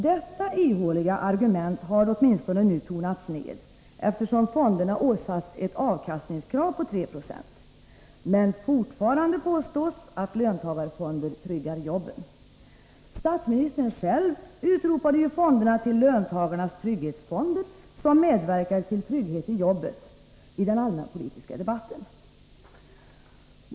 Detta ihåliga argument har nu åtminstone tonats ned, eftersom fonderna åsatts ett avkastningskrav på 3 76. Men fortfarande påstås att löntagarfonder tryggar jobben. Statsministern själv utropade ju fonderna till ”löntagarnas trygghetsfonder, som medverkar till trygghet i jobbet” i den allmänpolitiska debatten.